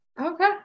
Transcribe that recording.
Okay